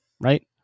right